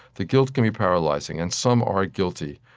the guilt can be paralyzing. and some are guilty,